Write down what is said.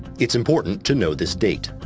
it's important to know this date.